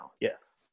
yes